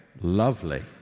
Lovely